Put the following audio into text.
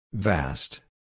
Vast